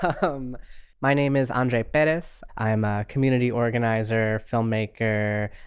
ah um my name is andre perez. i am a community organizer, filmmaker.